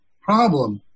problem